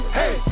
hey